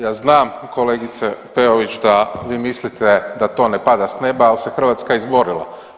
Ja znam kolegice Peović da vi mislite da to ne pada s neba, ali se Hrvatska izborila.